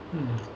mm